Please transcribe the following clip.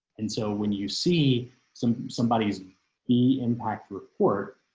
and so when you see some somebody he impact report,